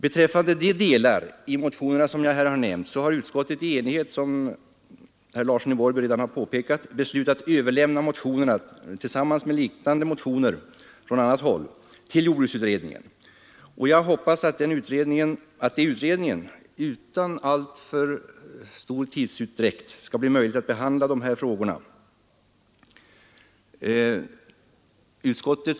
Beträffande de delar i motionerna som jag här nämnt har utskottet i enighet — såsom herr Larsson i Borrby redan har påpekat — föreslagit att Kungl. Maj: Maj:t överlämnar motionerna, tillsammans med liknande motioner från annat håll, till jordbruksutredningen. Jag hoppas att det utan alltför stor tidsutdräkt skall bli möjligt att behandla frågorna i utredningen.